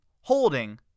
holding